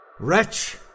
Wretch